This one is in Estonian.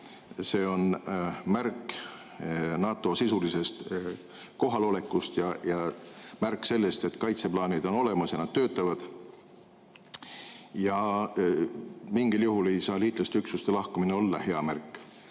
See on märk NATO sisulisest kohalolekust, märk sellest, et kaitseplaanid on olemas ja nad töötavad. Ja mingil juhul ei saa liitlaste üksuste lahkumine olla hea märk.